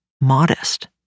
modest